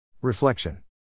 Reflection